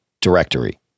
directory